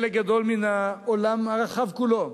חלק גדול מן העולם הרחב כולו,